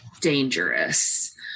dangerous